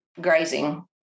grazing